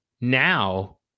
now